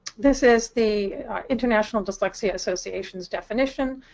this is the international dyslexia association's definition.